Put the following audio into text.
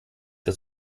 das